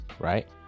right